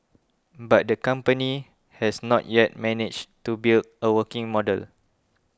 but the company has not yet managed to build a working model